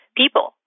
people